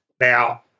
Now